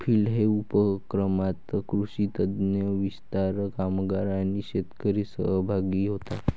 field day उपक्रमात कृषी तज्ञ, विस्तार कामगार आणि शेतकरी सहभागी होतात